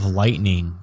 lightning